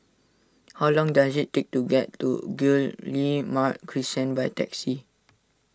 how long does it take to get to Guillemard Crescent by taxi